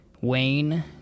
Wayne